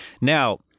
Now